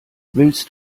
willst